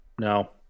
No